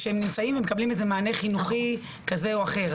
מקבלים איזה מענה חינוכי כזה או אחר.